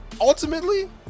ultimately